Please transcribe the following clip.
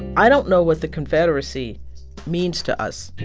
i don't know what the confederacy means to us,